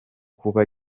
kuba